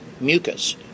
mucus